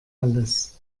alles